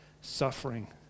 suffering